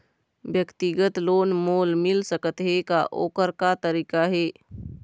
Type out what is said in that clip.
व्यक्तिगत लोन मोल मिल सकत हे का, ओकर का तरीका हे?